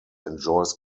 enjoys